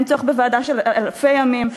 אין צורך בוועדה של אלפי ימים.